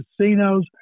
casinos